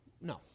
no